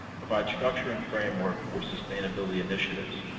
provides structure and framework for sustainability initiatives.